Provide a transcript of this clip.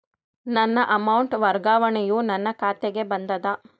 ನನ್ನ ಅಮೌಂಟ್ ವರ್ಗಾವಣೆಯು ನನ್ನ ಖಾತೆಗೆ ಬಂದದ